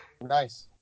Nice